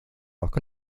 rock